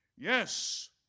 Yes